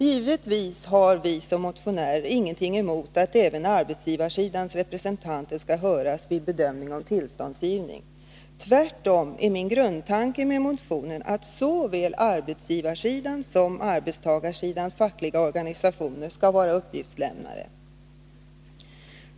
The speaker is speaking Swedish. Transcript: Givetvis har vi som motionärer ingenting emot att även arbetsgivarsidans representanter skall höras vid bedömning av tillståndsgivning. Tvärtom är min grundtanke med motionen att såväl arbetsgivarsom arbetstagarsidans fackliga organisationer skall vara uppgiftslämnare.